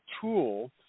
tool –